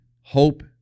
hope